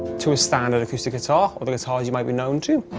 to a standard acoustic guitar or guitars you might be known to